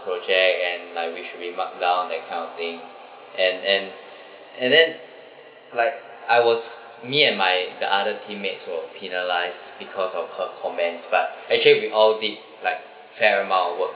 project and like we should be marked down that kind of thing and and and then like I was me and my the other teammates were penalized because of her comments but actually we all did like fair amount of work